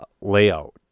layout